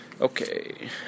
Okay